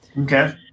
Okay